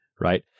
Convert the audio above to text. right